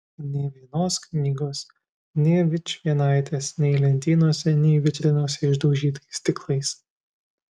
nė vienos knygos nė vičvienaitės nei lentynose nei vitrinose išdaužytais stiklais